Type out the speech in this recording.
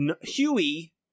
Huey